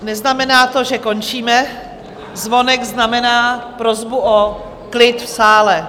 Neznamená to, že končíme, zvonek znamená prosbu o klid v sále.